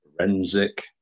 forensic